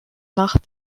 nach